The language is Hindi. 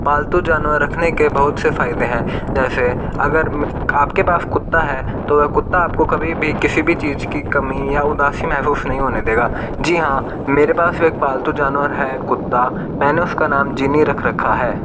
पालतू जानवर रखने के बहुत से फ़ायदे हैं जैसे अगर आप के पास कुत्ता है तो वह कुत्ता आप को कभी भी किसी भी चीज़ की कमी या उदासी महसूस नहीं होने देगा जी हाँ मेरे पास एक पालतू जानवर है कुत्ता मैंने उस का नाम जिनी रख रखा है